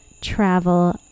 travel